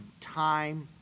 time